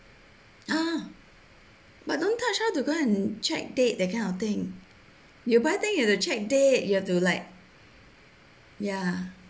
ah but don't touch how to go and check date that kind of thing you buy thing you have to check date you have to like ya